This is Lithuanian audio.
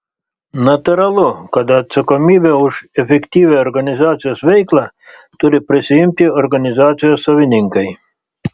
natūralu kad atsakomybę už efektyvią organizacijos veiklą turi prisiimti organizacijos savininkai